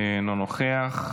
אינו נוכח,